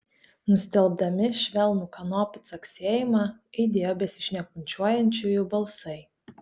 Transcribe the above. nustelbdami švelnų kanopų caksėjimą aidėjo besišnekučiuojančiųjų balsai